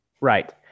Right